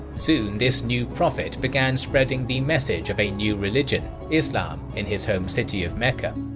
soon this new prophet began spreading the message of a new religion islam in his home city of mecca.